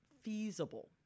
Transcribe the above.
feasible